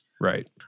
Right